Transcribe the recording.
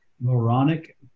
moronic